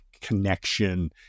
connection